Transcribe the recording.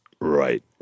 Right